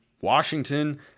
Washington